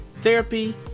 therapy